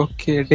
Okay